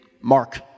Mark